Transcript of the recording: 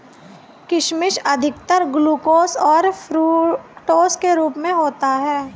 किशमिश अधिकतर ग्लूकोस और फ़्रूक्टोस के रूप में होता है